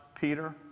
Peter